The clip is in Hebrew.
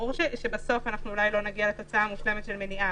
ברור שבסוף אולי לא נגיע לתוצאה המושלמת של מניעה,